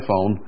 iPhone